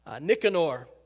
Nicanor